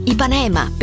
Ipanema